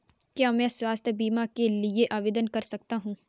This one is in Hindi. क्या मैं स्वास्थ्य बीमा के लिए आवेदन कर सकता हूँ?